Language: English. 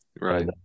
right